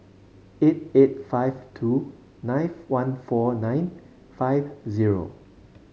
eight eight five two nine one four nine five zero